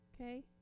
Okay